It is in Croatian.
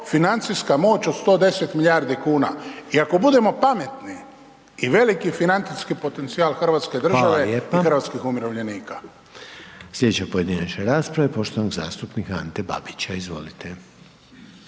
financijska moć od 110 milijardi kuna i ako budemo pametni je veliki financijski potencijal hrvatske države i hrvatskih umirovljenika.